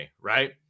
right